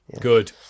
Good